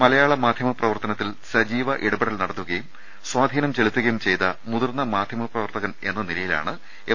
മലയാള മാധ്യമ പ്രവർത്തനത്തിൽ സജീവ ഇടപെടൽ നട ത്തുകയും സ്ഥാധീനം ചെലുത്തുകയും ചെയ്ത മുതിർന്ന മാധ്യമ പ്രവർത്തകൻ എന്ന നിലയിലാണ് എം